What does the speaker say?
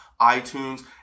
iTunes